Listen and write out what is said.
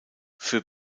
für